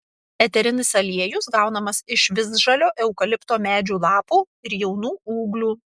eterinis aliejus gaunamas iš visžalio eukalipto medžio lapų ir jaunų ūglių